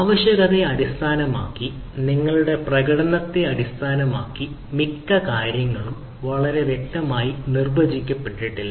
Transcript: ആവശ്യകതയെ അടിസ്ഥാനമാക്കി നിങ്ങളുടെ പ്രകടനത്തെ അടിസ്ഥാനമാക്കി മിക്ക കാര്യങ്ങളും വളരെ വ്യക്തമായി നിർവചിക്കപ്പെട്ടിട്ടില്ല